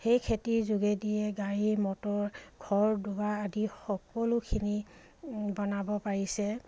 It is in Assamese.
সেই খেতিৰ যোগেদিয়ে গাড়ী মটৰ ঘৰ দুৱাৰ আদি সকলোখিনি বনাব পাৰিছে